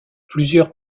plusieurs